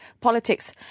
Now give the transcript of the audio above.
politics